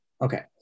okay